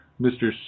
Mr